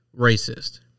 racist